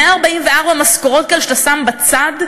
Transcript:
144 משכורות כאלה שאתה שם בצד,